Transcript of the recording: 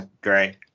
great